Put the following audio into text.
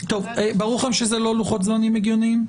ברור לכם שזה לא לוחות זמנים הגיוניים?